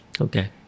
Okay